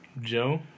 Joe